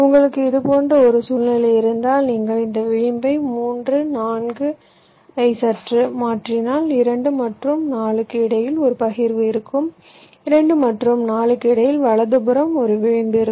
உங்களுக்கு இது போன்ற ஒரு சூழ்நிலை இருந்தால் நீங்கள் இந்த விளிம்பை 3 4 ஐ சற்று மாற்றினால் 2 மற்றும் 4 க்கு இடையில் ஒரு பகிர்வு இருக்கும் 2 மற்றும் 4 க்கு இடையில் வலதுபுறம் ஒரு விளிம்பு இருக்கும்